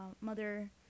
mother